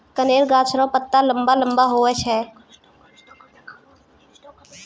कनेर गाछ रो पत्ता लम्बा लम्बा हुवै छै